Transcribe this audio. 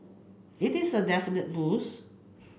it is a definitely boost